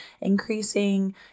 increasing